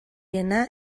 rena